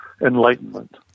enlightenment